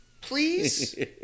Please